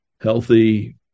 healthy